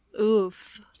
Oof